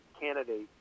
candidate